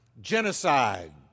genocide